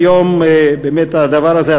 היום באמת הדבר הזה,